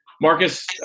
marcus